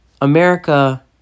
America